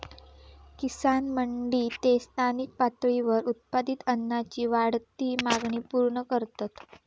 किसान मंडी ते स्थानिक पातळीवर उत्पादित अन्नाची वाढती मागणी पूर्ण करतत